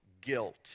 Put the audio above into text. guilt